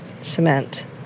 cement